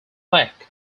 plaque